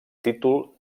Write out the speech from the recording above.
títol